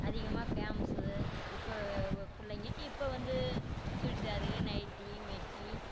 அதிகமாக பேம்ஸு இப்போது பிள்ளைங்க இப்போவந்து சுடிதாரு நைட்டி மெட்டி